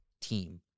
team